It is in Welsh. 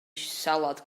salad